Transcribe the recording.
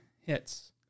hits